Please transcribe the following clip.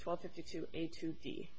twelve fifty two a to